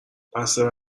بسته